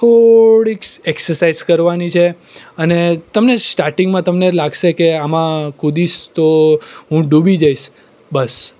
થોડીક એક્સરસાઇજ કરવાની છે અને તમને સ્ટાર્ટિંગમાં તમને લાગશે કે આમાં કૂદીશ તો હું ડૂબી જઈશ બસ